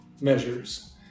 measures